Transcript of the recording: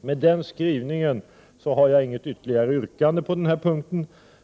Med hänsyn till den skrivningen har jag inte något ytterligare yrkande på denna punkt.